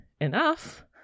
enough